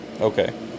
Okay